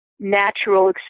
natural